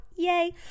yay